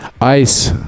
ice